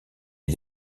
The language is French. est